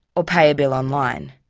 or pay a bill online?